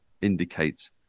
indicates